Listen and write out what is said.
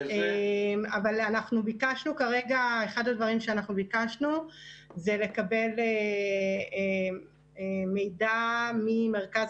אחד הדברים שביקשנו זה לקבל מידע ממרכז